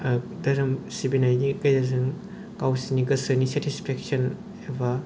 धोरोम सिबिनायनि गेजेरजों गावसिनि सेतिसफेकसन एबा